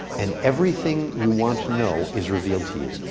and everything you want to know is revealed to you.